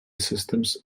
systems